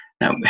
Now